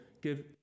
give